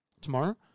tomorrow